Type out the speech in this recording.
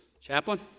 Chaplain